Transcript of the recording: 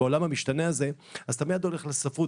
בעולם המשתנה הזה אז אתה מיד הולך לספרות